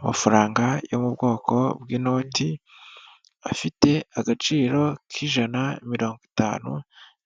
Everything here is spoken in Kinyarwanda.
Amafaranga yo mu bwoko bw'inoti afite agaciro k'ijana mirongo itanu